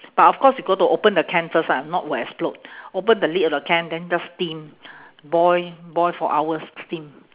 but of course you got to open the can first ah if not will explode open the lid of the can then just steam boil boil for hours steam